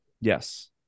Yes